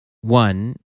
one